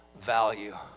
value